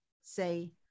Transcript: say